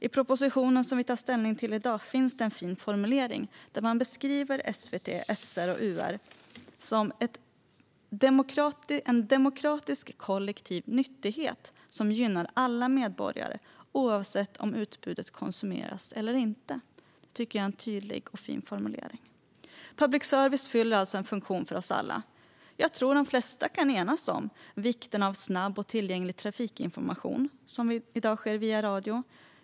I propositionen vi tar ställning till i dag finns en tydlig och fin formulering där man beskriver SVT, SR och UR som "en demokratisk kollektiv nyttighet som gynnar alla medborgare, oavsett om utbudet konsumeras eller inte". Public service fyller alltså en funktion för oss alla. Jag tror att de flesta kan enas om vikten av snabb och tillgänglig trafikinformation, som i dag sker via radio.